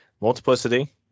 multiplicity